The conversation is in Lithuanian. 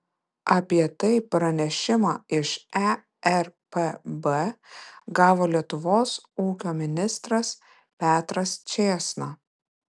apie tai pranešimą iš erpb gavo lietuvos ūkio ministras petras čėsna